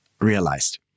realized